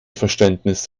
verständnis